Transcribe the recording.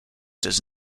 does